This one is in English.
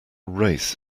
race